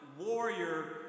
warrior